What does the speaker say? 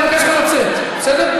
אני מבקש ממך לצאת, בסדר?